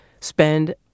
spend